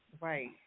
Right